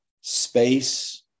space